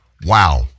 Wow